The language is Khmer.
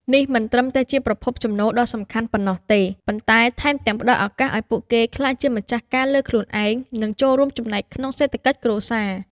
នេះមិនត្រឹមតែជាប្រភពចំណូលដ៏សំខាន់ប៉ុណ្ណោះទេ ប៉ុន្តែថែមទាំងផ្តល់ឱកាសឱ្យពួកគេក្លាយជាម្ចាស់ការលើខ្លួនឯង និងចូលរួមចំណែកក្នុងសេដ្ឋកិច្ចគ្រួសារ។